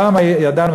פעם ידענו,